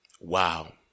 Wow